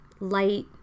light